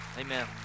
Amen